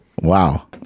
Wow